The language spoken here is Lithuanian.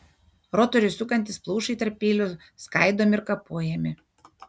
rotoriui sukantis plaušai tarp peilių skaidomi ir kapojami